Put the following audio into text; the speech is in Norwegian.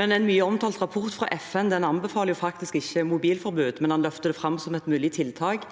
En mye omtalt rapport fra FN anbefaler ikke mobilforbud, men den løfter det fram som et mulig tiltak.